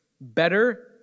Better